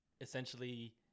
essentially